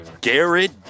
Garrett